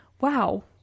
wow